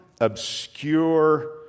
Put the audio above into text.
obscure